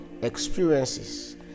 experiences